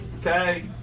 Okay